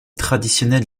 traditionnelle